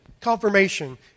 confirmation